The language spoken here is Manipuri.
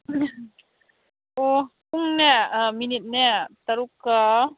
ꯑꯣ ꯄꯨꯡꯅꯦ ꯑꯥ ꯃꯤꯅꯤꯠꯅꯦ ꯇꯔꯨꯛꯀ